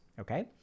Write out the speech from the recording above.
Okay